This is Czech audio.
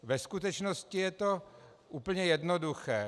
Ve skutečnosti je to úplně jednoduché.